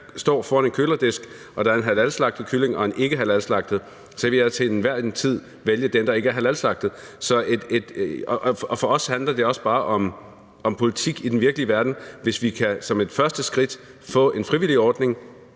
står foran en køledisk og kan vælge mellem en halalslagtet kylling og en ikkehalalslagtet kylling, så vil jeg da til enhver tid vælge den, der ikke er halalslagtet. For os handler det også bare om politik i den virkelige verden. Hvis vi som et første skridt kan få en frivillig ordning,